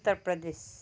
Uttar Pradesh